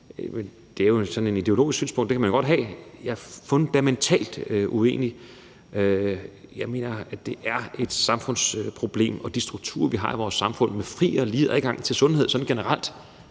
Det er jo et ideologisk synspunkt, og det kan man godt have, men jeg er fundamentalt uenig, for jeg mener, at det er et samfundsproblem, der handler om de strukturer, vi har i vores samfund, med fri og lige adgang til sundhed sådan generelt.